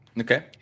okay